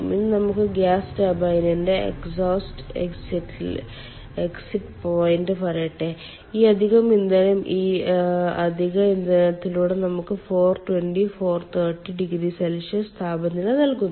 ഇനി നമുക്ക് ഗ്യാസ് ടർബൈനിന്റെ എക്സ്ഹോസ്റ്റ് എക്സിറ്റ് പോയിന്റ് പറയട്ടെ ഈ അധിക ഇന്ധനം ഈ അധിക ഇന്ധനത്തിലൂടെ നമുക്ക് 420 430oC താപനില നൽകുന്നു